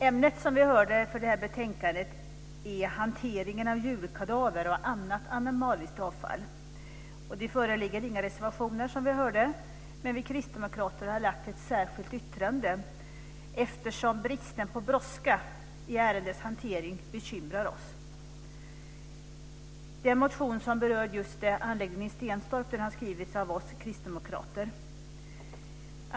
Herr talman! Ämnet för det här betänkandet är, som vi har hört, hanteringen av djurkadaver och annat animaliskt avfall. Det föreligger, som vi också hört, inga reservationer, men vi kristdemokrater har avgivit ett särskilt yttrande, eftersom bristen på brådska i ärendets hantering bekymrar oss. Den motion som rör anläggningen i Stenstorp har väckts av oss kristdemokrater.